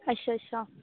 अच्छा अच्छा